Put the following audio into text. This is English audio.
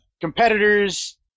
competitors